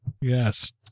yes